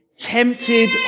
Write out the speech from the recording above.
tempted